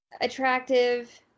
attractive